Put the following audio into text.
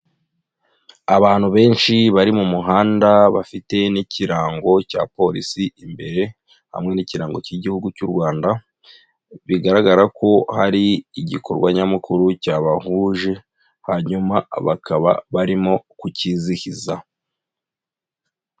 Abantu benshi bari mu muhanda bafite n'ikirango cya Polisi imbere hamwe n'ikirango cy'igihugu cy'u Rwanda, bigaragara ko hari igikorwa nyamukuru cyabahuje hanyuma bakaba barimo kukizihiza.